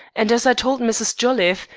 and, as i told mrs. jolliffe,